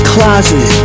closet